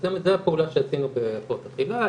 זו הפעולה שעשינו בהפרעות אכילה.